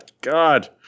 God